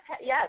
yes